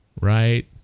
Right